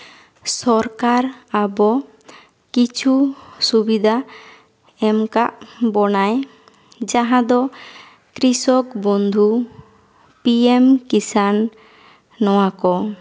ᱥᱚᱨᱠᱟᱨ ᱟᱵᱚ ᱠᱤᱪᱷᱩ ᱥᱩᱵᱤᱫᱟ ᱮᱢ ᱠᱟᱜ ᱵᱚᱱᱟᱭ ᱡᱟᱦᱟᱸ ᱫᱚ ᱠᱨᱤᱥᱚᱠ ᱵᱚᱱᱫᱷᱩ ᱯᱤ ᱮᱢ ᱠᱤᱥᱟᱱ ᱱᱚᱣᱟᱠᱚ